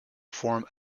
form